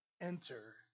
Enter